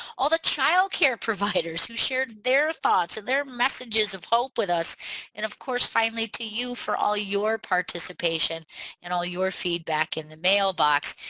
all the child care providers who shared their thoughts and their messages of hope with us and of course finally to you for all your participation and all your feedback in the mailbox.